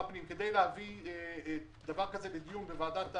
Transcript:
הכנסת צריך אישור של השר להגנת הסביבה ושר הפנים.